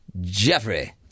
Jeffrey